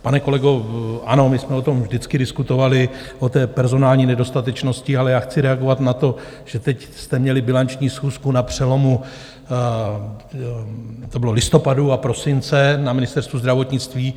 Pane kolego, ano, my jsme o tom vždycky diskutovali, o té personální nedostatečnosti, ale já chci reagovat na to, že teď jste měli bilanční schůzku na přelomu listopadu a prosince na Ministerstvu zdravotnictví.